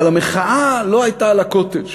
אבל המחאה לא הייתה על הקוטג'